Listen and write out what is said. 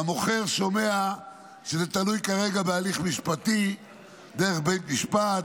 והמוכר שומע שזה תלוי כרגע בהליך משפטי דרך בית משפט: